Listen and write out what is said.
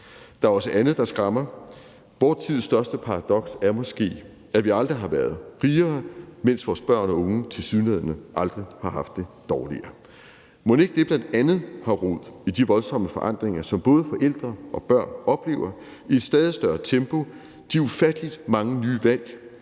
Der er også andet, der skræmmer. Vor tids største paradoks er måske, at vi aldrig har været rigere, mens vores børn og unge tilsyneladende aldrig har haft det dårligere. Mon ikke det bl.a. har rod i de voldsomme forandringer, som både forældre og børn oplever i et stadig større tempo – de ufattelig mange nye valg,